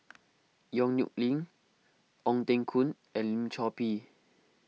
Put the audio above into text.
Yong Nyuk Lin Ong Teng Koon and Lim Chor Pee